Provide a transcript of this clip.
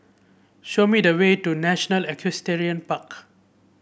show me the way to National Equestrian Park